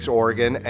oregon